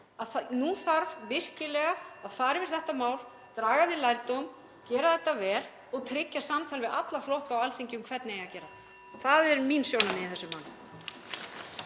nú þarf virkilega að fara yfir þetta mál, draga af því lærdóm, gera þetta vel og tryggja samtal við alla flokka á Alþingi um hvernig eigi að gera það. Það eru mín sjónarmið í þessu máli.